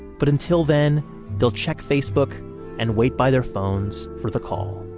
but until then they'll check facebook and wait by their phones for the call